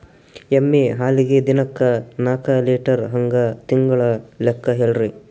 ಎಮ್ಮಿ ಹಾಲಿಗಿ ದಿನಕ್ಕ ನಾಕ ಲೀಟರ್ ಹಂಗ ತಿಂಗಳ ಲೆಕ್ಕ ಹೇಳ್ರಿ?